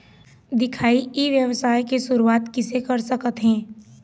दिखाही ई व्यवसाय के शुरुआत किसे कर सकत हे?